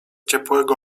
ciepłego